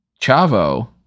Chavo